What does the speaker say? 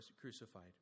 crucified